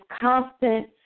constant